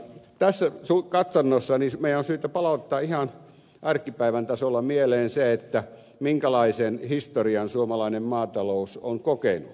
tässä katsannossa meidän on syytä palauttaa ihan arkipäivän tasolla mieleen se minkälaisen historian suomalainen maatalous on kokenut